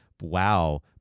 Wow